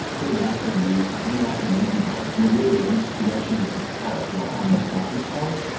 put it back on mute hang off the monkey bars. like literally i'm stretching at the park while on these conference calls.